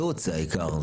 ייעוץ זה העיקר.